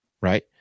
right